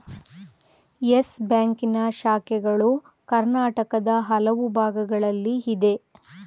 Yes ಬ್ಯಾಂಕಿನ ಶಾಖೆಗಳು ಕರ್ನಾಟಕದ ಹಲವು ಭಾಗಗಳಲ್ಲಿ ಇದೆ